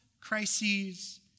crises